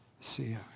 see